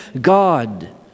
God